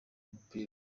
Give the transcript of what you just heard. umupira